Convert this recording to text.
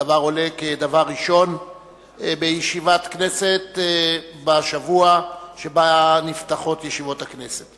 הדבר עולה כדבר ראשון בישיבת הכנסת בשבוע שבו נפתחות ישיבות הכנסת,